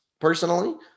personally